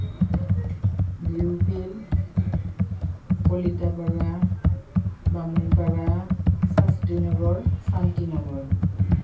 Bihu field Kalita Para Bamun Para Shastri Nagar Shanti Nagar